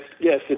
Yes